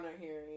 hearing